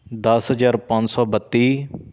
ਦਸ ਹਜ਼ਾਰ ਪੰਜ ਸੌ ਬੱਤੀ